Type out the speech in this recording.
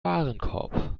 warenkorb